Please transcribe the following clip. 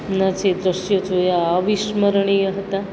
નાં જે દૃશ્ય જોયા અવિસ્મરણીય હતાં